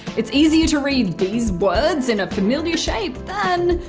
it's easier to read these words, in a familiar shape, than,